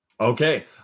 Okay